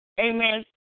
Amen